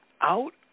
out